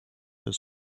your